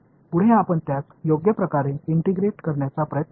पुढे आपण त्यास योग्य प्रकारे इंटिग्रेट करण्याचा प्रयत्न करू